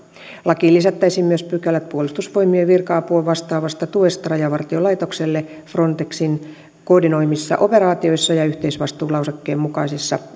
lakiin lisättäisiin myös pykälä puolustusvoimien virka apua vastaavasta tuesta rajavartiolaitokselle frontexin koordinoimissa operaatioissa ja yhteisvastuulausekkeen mukaisissa